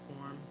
form